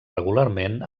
regularment